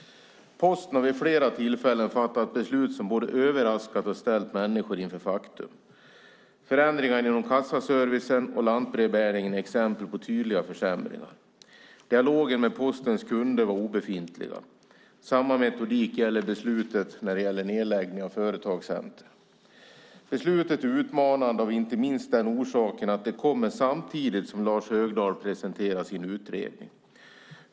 Posten har vid flera tillfällen fattat beslut som både överraskat och ställt människor inför faktum. Förändringarna inom kassaservicen och lantbrevbäringen är exempel på tydliga försämringar. Dialogen med Postens kunder är obefintlig. Samma metodik gäller beslutet om nedläggning av företagscenter. Beslutet är utmanande inte minst av den orsaken att det kommer samtidigt som Lars Högdahl presenterar sin utredning.